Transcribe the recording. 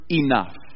enough